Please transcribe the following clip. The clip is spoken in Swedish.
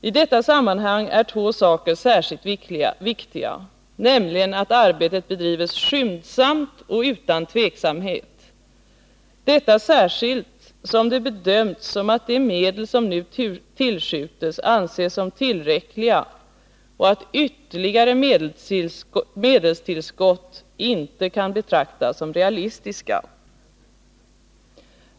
I detta sammanhang är två saker särskilt viktiga, nämligen att arbetet bedrives skyndsamt och utan tveksamhet — särskilt som det bedömts att de medel som nu tillskjutes är tillräckliga och att ytterligare medelstillskott inte kan betraktas som realistiska.